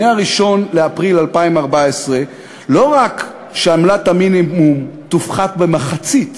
מ-1 באפריל 2014. לא רק שעמלת המינימום תופחת במחצית,